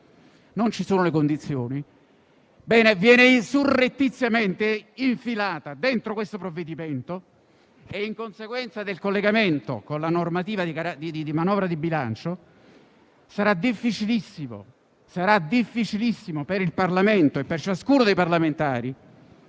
non ci sono le condizioni - viene surrettiziamente infilata all'interno del provvedimento in esame. In conseguenza del collegamento con la manovra di bilancio, sarà difficilissimo per il Parlamento e per ciascuno dei parlamentari